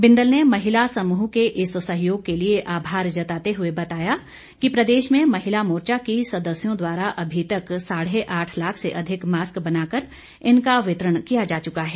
बिन्दल ने महिला समूह के इस सहयोग के लिए आभार जताते हुए बताया कि प्रदेश में महिला मोर्चा की सदस्यों द्वारा अभी तक साढ़े आठ लाख से अधिक मास्क बनाकर इनका वितरण किया जा चुका है